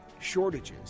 shortages